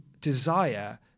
desire